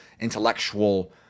intellectual